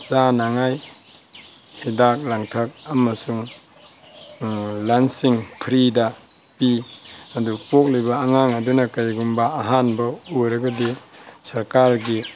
ꯆꯥꯅꯉꯥꯏ ꯍꯤꯗꯥꯛ ꯂꯥꯡꯊꯛ ꯑꯃꯁꯨꯡ ꯂꯅ꯭ꯁꯁꯤꯡ ꯐ꯭ꯔꯤꯗ ꯄꯤ ꯑꯗꯨ ꯄꯣꯛꯂꯤꯕ ꯑꯉꯥꯡ ꯑꯗꯨꯅ ꯀꯔꯤꯒꯨꯝꯕ ꯑꯍꯥꯟꯕ ꯑꯣꯏꯔꯒꯗꯤ ꯁ꯭ꯔꯀꯥꯔꯒꯤ